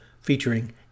featuring